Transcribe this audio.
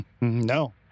no